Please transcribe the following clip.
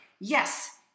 Yes